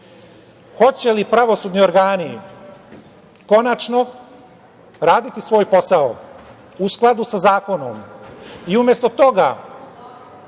itd. Hoće li pravosudni organi konačno raditi svoj posao u skladu sa zakonom i umesto toga